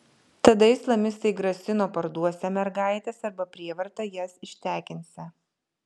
tada islamistai grasino parduosią mergaites arba prievarta jas ištekinsią